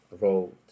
Road